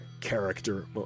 character